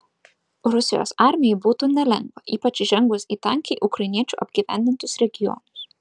rusijos armijai būtų nelengva ypač įžengus į tankiai ukrainiečių apgyvendintus regionus